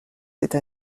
cette